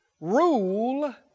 rule